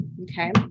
Okay